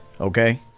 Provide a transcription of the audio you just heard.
okay